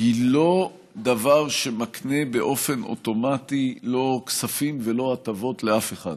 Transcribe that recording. היא לא דבר שמקנה באופן אוטומטי לא כספים ולא הטבות לאף אחד.